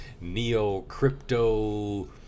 neo-crypto